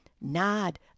nod